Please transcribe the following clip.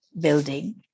building